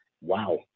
Wow